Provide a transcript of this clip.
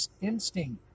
instinct